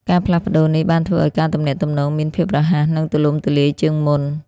ការផ្លាស់ប្ដូរនេះបានធ្វើឲ្យការទំនាក់ទំនងមាន ភាពរហ័ស និង ទូលំទូលាយជាងមុន។